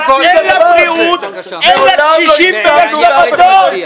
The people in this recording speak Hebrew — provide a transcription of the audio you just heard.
זה לא מה שאישרנו.